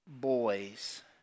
boys